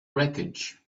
wreckage